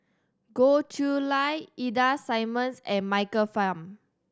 Goh Chiew Lye Ida Simmons and Michael Fam